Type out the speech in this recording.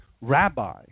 Rabbi